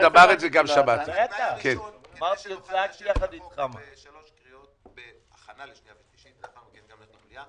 טענת נושא חדש בעניין הזה.